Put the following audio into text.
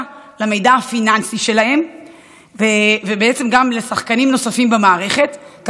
למידע הפיננסי שלהם גם לשחקנים נוספים במערכת,